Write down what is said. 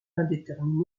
indéterminée